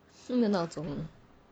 都没有闹钟